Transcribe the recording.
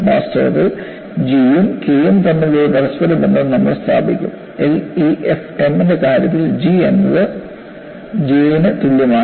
വാസ്തവത്തിൽ G യും K യും തമ്മിൽ ഒരു പരസ്പര ബന്ധം നമ്മൾ സ്ഥാപിക്കും LEFM ന്റെ കാര്യത്തിൽ G എന്നത് J ന് തുല്യമാണ്